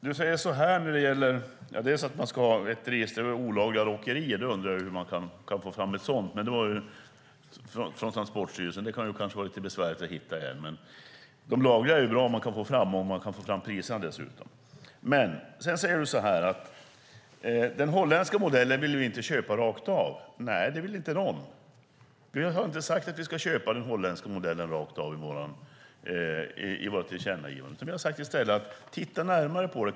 Du säger att man ska ha ett register över olagliga åkerier. Jag undrar hur man kan få fram ett sådant från Transportstyrelsen. Det kan väl vara lite besvärligt att hitta. De lagliga åkerierna är det väl bra om man kan få fram och dessutom om man kan få fram priserna. Du säger också att ni inte vill köpa den holländska modellen rakt av. Nej, det vill inte någon. Vi har inte i vårt tillkännagivande sagt att vi ska köpa den holländska modellen rakt av. Vi har i stället sagt: Titta närmare på den!